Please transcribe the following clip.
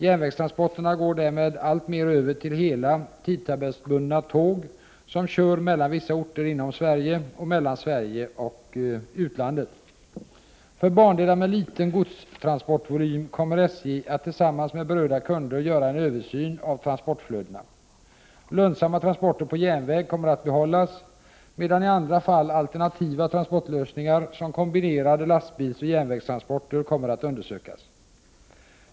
Järnvägstransporterna går därmed alltmer över till hela tidtabellsbundna tåg som kör mellan vissa orter inom Sverige och mellan Sverige och utlandet. För bandelar med liten godstransportvolym kommer SJ att tillsammans med berörda kunder göra en översyn av transportflödena. Lönsamma transporter på järnväg kommer att behållas, medan i andra fall alternativa transportlösningar som kombinerade lastbilsoch järnvägstransporter kommer att undersökas.